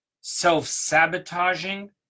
self-sabotaging